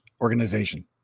organization